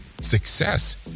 success